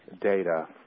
data